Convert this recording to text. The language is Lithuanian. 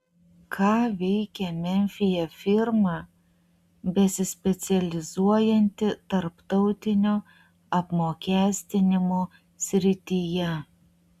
ką veikia memfyje firma besispecializuojanti tarptautinio apmokestinimo srityje